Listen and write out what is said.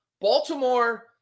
Baltimore